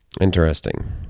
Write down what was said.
Interesting